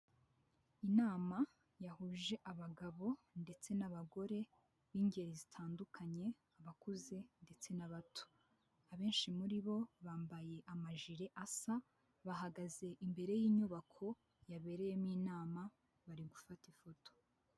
Inama yahuje abagabo ndetse n'abagore b'ingeri zitandukanye abakuze ndetse n'abato abenshi muri bo bambaye amajiri asa bahagaze imbere y'inyubako yabereyemo inama bari gufata ifoto.